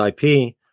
IP